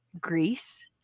Greece